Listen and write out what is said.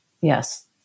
Yes